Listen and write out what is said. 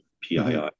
PII